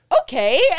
okay